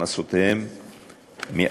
הכנסותיהם מעבודה.